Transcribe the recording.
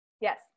Yes